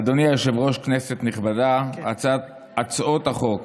אדוני היושב-ראש, כנסת נכבדה, הצעות החוק